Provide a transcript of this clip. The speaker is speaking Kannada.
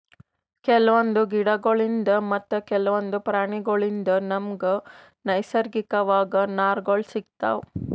ಕೆಲವೊಂದ್ ಗಿಡಗೋಳ್ಳಿನ್ದ್ ಮತ್ತ್ ಕೆಲವೊಂದ್ ಪ್ರಾಣಿಗೋಳ್ಳಿನ್ದ್ ನಮ್ಗ್ ನೈಸರ್ಗಿಕವಾಗ್ ನಾರ್ಗಳ್ ಸಿಗತಾವ್